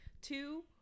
two